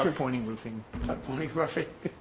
pointing roofing pornographic.